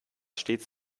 stets